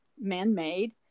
man-made